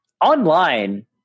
online